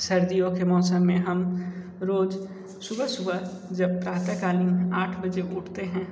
सर्दियों के मौसम में हम रोज सुबह सुबह जब प्रातः काल आठ बजे उठते हैं